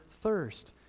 thirst